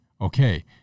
Okay